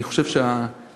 אני חושב שהספרדים,